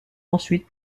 ensuite